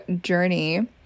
journey